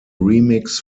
remix